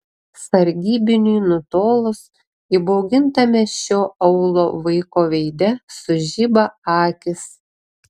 sargybiniui nutolus įbaugintame šio aūlo vaiko veide sužiba akys